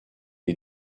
est